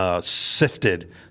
sifted